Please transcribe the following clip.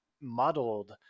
muddled